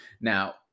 Now